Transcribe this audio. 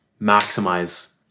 maximize